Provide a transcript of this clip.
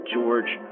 George